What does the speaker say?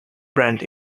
brand